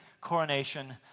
coronation